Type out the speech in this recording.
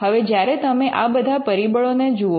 હવે જ્યારે તમે આ બધા પરિબળોને જુઓ